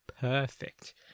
perfect